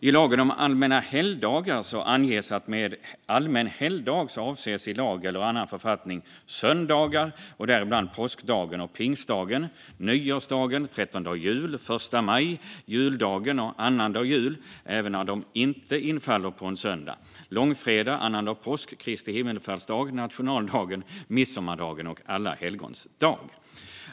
I lagen om allmänna helgdagar anges att "med allmän helgdag avses i lag eller annan författning söndagar, däribland påskdagen och pingstdagen, nyårsdagen, trettondedag jul, första maj, juldagen och annandag jul, även när de inte infaller på en söndag, långfredagen, annandag påsk, Kristi himmelsfärdsdag, nationaldagen, midsommardagen och alla helgons dag".